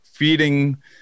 feeding